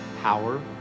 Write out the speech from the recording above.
power